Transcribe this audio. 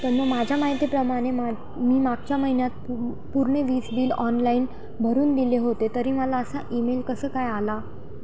पण मग माझ्या माहितीप्रमाणे मा मी मागच्या महिन्यात पु पूर्ण वीस बिल ऑनलाईन भरून दिले होते तरी मला असा ईमेल कसं काय आला